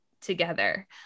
together